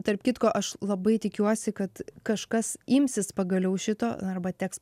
tarp kitko aš labai tikiuosi kad kažkas imsis pagaliau šito arba teks